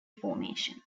formation